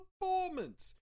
performance